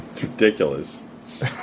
ridiculous